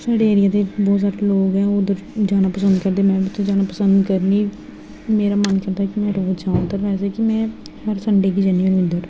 साढ़े एरिया दे बहोत सारे लोग ऐ ओह् उद्धर जाना पसंद करदे न में बी उ'त्थें जाना पसन्द करनी मेरा मन करदा की में रोज़ जां उद्धर वैसे बी में हर सन्डे गी ज'न्नी होनी उद्धर